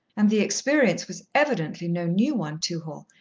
and the experience was evidently no new one to her,